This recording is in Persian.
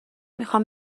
میخام